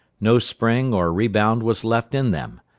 no spring or rebound was left in them.